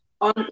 On